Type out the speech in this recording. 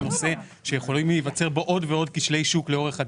נושא שיכולים להיווצר בו עוד ועוד כשלי שוק לאורך הדרך.